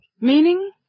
Meaning